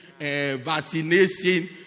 vaccination